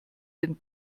den